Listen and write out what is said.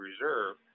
Reserve